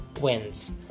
wins